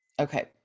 Okay